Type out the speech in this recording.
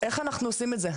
איך אנחנו עושים את זה?